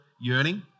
yearning